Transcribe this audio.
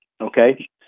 Okay